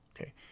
okay